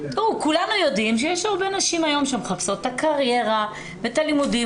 כולנו יודעים שיש נשים היום שמחפשות את הקריירה ואת הלימודים,